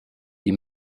die